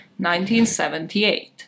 1978